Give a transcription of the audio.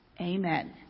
Amen